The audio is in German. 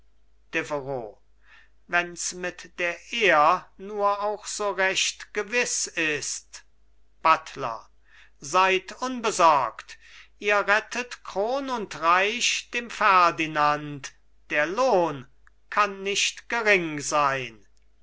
wenns mit der ehr nur auch so recht gewiß ist buttler seid unbesorgt ihr rettet kron und reich dem ferdinand der lohn kann nicht gering sein